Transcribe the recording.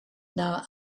now